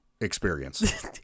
experience